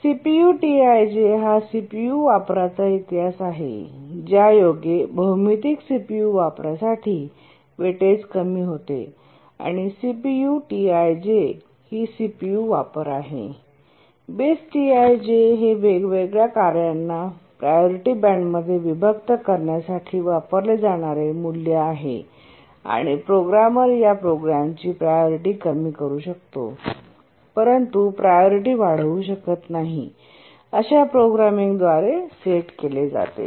CPU Ti j हा CPU वापराचा इतिहास आहे ज्यायोगे भौमितिक सीपीयू वापरासाठी वेईटेज कमी होते आणि CPU Ti j ही सीपीयू वापर आहे Base Ti j हे वेगवेगळ्या कार्यांना प्रायोरिटी बँडमध्ये विभक्त करण्यासाठी वापरले जाणारे मूल्य आहे आणि प्रोग्रामर या प्रोग्रामची प्रायोरिटी कमी करू शकतो परंतु प्रायोरिटी वाढवू शकत नाही अशा प्रोग्रामिंग द्वारे सेट केले जाते